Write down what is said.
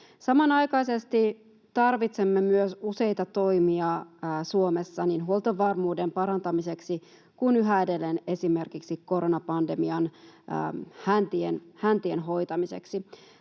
Samanaikaisesti tarvitsemme myös useita toimia Suomessa niin huoltovarmuuden parantamiseksi kuin yhä edelleen esimerkiksi koronapandemian häntien hoitamiseksi.